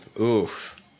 Oof